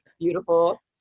beautiful